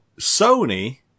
Sony